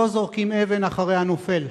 לא זורקים אבן אחרי הנופל.